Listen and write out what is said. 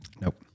Nope